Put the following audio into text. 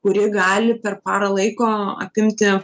kuri gali per parą laiko apimti